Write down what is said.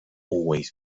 always